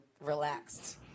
relaxed